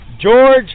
George